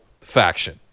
faction